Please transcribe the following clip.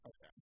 Okay